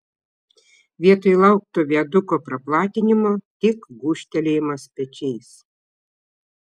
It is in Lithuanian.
vietoj laukto viaduko praplatinimo tik gūžtelėjimas pečiais